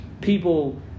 people